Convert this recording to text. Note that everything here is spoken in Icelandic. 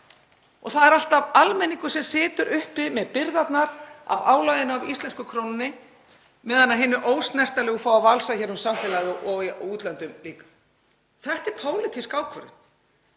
Það er alltaf almenningur sem situr uppi með byrðarnar af álaginu af íslensku krónunni á meðan hin ósnertanlegu fá að valsa um samfélagið og í útlöndum líka. Það er pólitísk ákvörðun